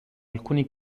alcuni